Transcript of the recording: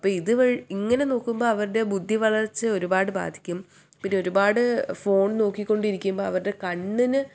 ഇപ്പോൾ ഇതുവഴി ഇങ്ങനെ നോക്കുമ്പോൾ അവരുടെ ബുദ്ധിവളർച്ചയെ ഒരുപാട് ബാധിക്കും പിന്നെ ഒരുപാട് ഫോൺ നോക്കിക്കൊണ്ടിരിക്കുമ്പോൾ അവരുടെ കണ്ണിന്